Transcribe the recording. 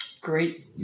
Great